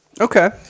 Okay